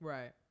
Right